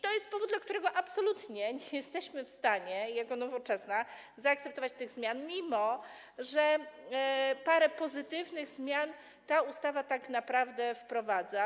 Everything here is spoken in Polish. To jest powód, dla którego absolutnie nie jesteśmy w stanie jako Nowoczesna zaakceptować tych zmian, mimo że parę pozytywnych zmian ta ustawa tak naprawdę wprowadza.